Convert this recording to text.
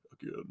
again